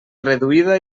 reduïda